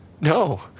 No